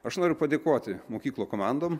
aš noriu padėkoti mokyklų komandom